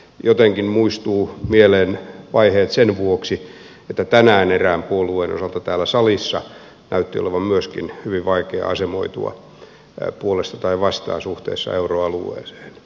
jotenkin muistuvat mieleen vaiheet sen vuoksi että tänään erään puolueen osalta täällä salissa näytti olevan myöskin hyvin vaikea asemoitua puolesta tai vastaan suhteessa euroalueeseen